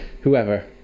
whoever